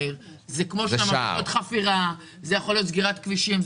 זה מחייב עוד חפירה ואולי סגירת כבישים.